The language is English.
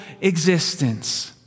existence